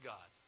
God